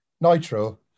Nitro